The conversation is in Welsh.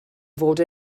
fod